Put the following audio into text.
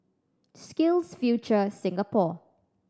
SkillsFuture Singapore